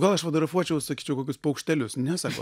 gal aš fotografuočiau sakyčiau kokius paukštelius ne sako